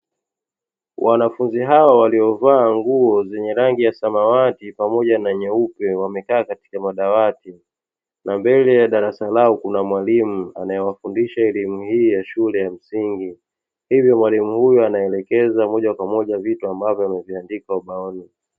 Wanafunzi hawa walio vaa nguo zenye rangi ya samawati, pamoja na nyeupe, wamekaa katika madawati mazuri ya darasa lao kuna mwalimu, anaye wafundisha elimu hii ya shule ya msingi. Hivyo mwalimu huyo anawaelekeza moja kwa moja vitu ambavyo ameviandika ubaoni.